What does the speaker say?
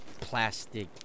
plastic